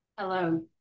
Hello